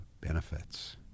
benefits